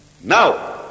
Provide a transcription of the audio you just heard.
Now